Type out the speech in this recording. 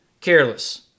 careless